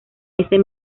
ese